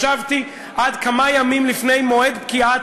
ישבתי עד כמה ימים לפני מועד פקיעת